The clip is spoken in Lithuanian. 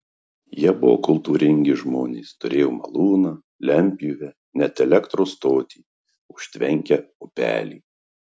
jie buvo kultūringi žmonės turėjo malūną lentpjūvę net elektros stotį užtvenkę upelį